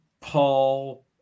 Paul